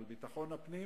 על ביטחון הפנים,